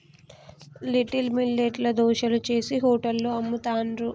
little millet ల దోశలు చేశి హోటళ్లలో అమ్ముతాండ్రు